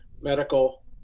medical